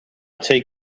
take